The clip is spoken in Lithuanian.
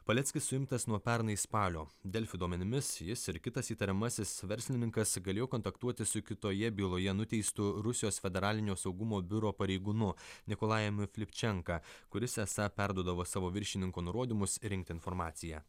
paleckis suimtas nuo pernai spalio delfi duomenimis jis ir kitas įtariamasis verslininkas galėjo kontaktuoti su kitoje byloje nuteistu rusijos federalinio saugumo biuro pareigūnu nikolajumi flipčenka kuris esą perduodavo savo viršininko nurodymus rinkti informaciją